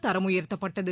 தரம் உயர்த்தப்பட்டது